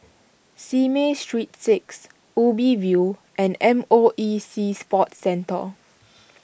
Simei Street six Ubi View and M O E Sea Sports Centre